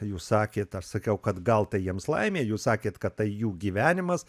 jūs sakėt aš sakiau kad gal tai jiems laimė jūs sakėt kad tai jų gyvenimas